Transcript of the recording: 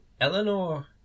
Eleanor